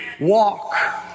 walk